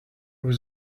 was